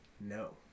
No